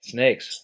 Snakes